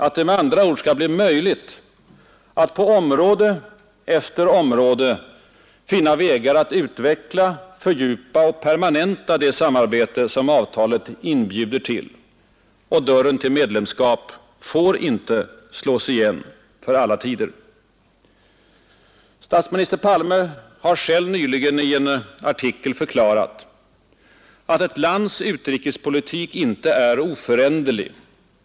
Att det med andra ord skall bli möjligt att på område efter område finna vägar att utveckla, fördjupa och permanenta det samarbete som avtalet inbjuder till. Och dörren till medlemskap får inte slås igen för alla tider. Statsminister Palme har själv nyligen i en artikel förklarat, att ett lands utrikespolitik inte är ”oföränderlig”.